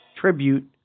Tribute